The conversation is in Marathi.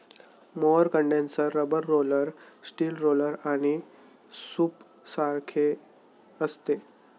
mower condenser rubber roller, steel roller आणि सूपसारखे असते